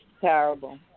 terrible